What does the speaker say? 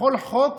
בכל חוק,